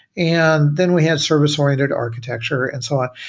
and then we had service-related architecture and so on,